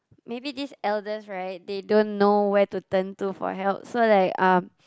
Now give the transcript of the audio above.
maybe these elders right they don't know where to turn to for help so like um